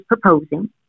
proposing